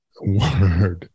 Word